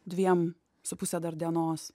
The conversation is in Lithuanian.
dviem su puse dar dienos